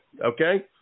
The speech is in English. Okay